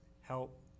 Help